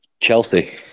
Chelsea